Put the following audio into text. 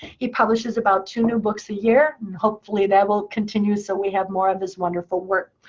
he publishes about two new books a year. and hopefully that will continue so we have more of his wonderful work.